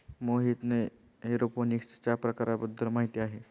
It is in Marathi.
मोहितला एरोपोनिक्सच्या प्रकारांबद्दल माहिती आहे